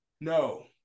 No